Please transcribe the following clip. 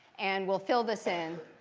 and we'll fill this in.